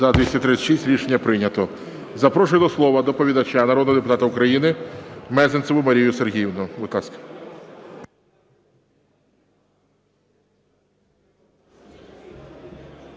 Рішення прийнято. Запрошую до слова доповідача народного депутата України Мезенцеву Марію Сергіївну, будь ласка.